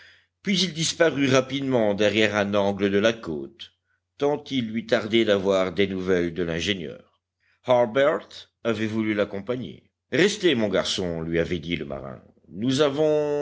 puis il disparut rapidement derrière un angle de la côte tant il lui tardait d'avoir des nouvelles de l'ingénieur harbert avait voulu l'accompagner restez mon garçon lui avait dit le marin nous avons